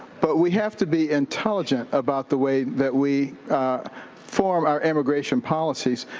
but we have to be intelligent about the way that we form our immigration policies,